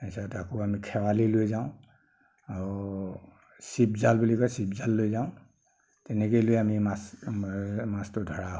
তাৰপিছত আকৌ আমি খেৱালি লৈ যাওঁ আৰু চিপজাল বুলি কয় চিপজাল লৈ যাওঁ তেনেকৈ লৈ আমি মাছ মাছতো ধৰা হয়